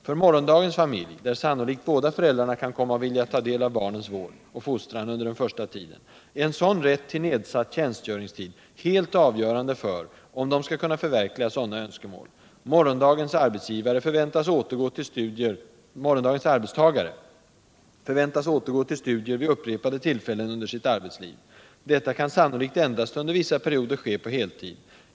För morgondagens familj, där sannolikt båda föräldrarna kan komma att vilja ta del av barnens vård och fostran under den första tiden, är en sådan räv ull nedsatt tjänstgöringsvud helt avgörande för om de skall kunna förverkliga sådana önskemål. Morgondagens arbetstagare förväntas återgå till studier vid upprepade tillfällen under sitt arbetsliv. Detta kan sannolikt endast under vissa perioder ske på heltid.